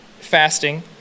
fasting